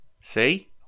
See